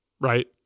right